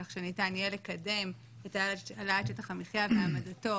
כך שניתן יהיה לקדם את העלאת שטח המחיה והעמדתו